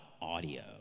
audio